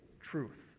truth